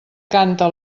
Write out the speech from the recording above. canta